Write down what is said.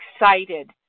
excited